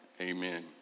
amen